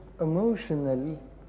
emotional